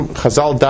Chazal